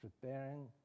preparing